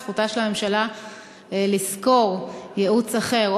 זכותה של הממשלה לשכור ייעוץ אחר,